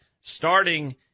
starting